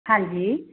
ਹਾਂਜੀ